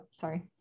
sorry